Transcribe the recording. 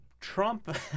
Trump